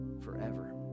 forever